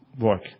work